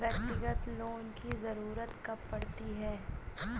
व्यक्तिगत लोन की ज़रूरत कब पड़ती है?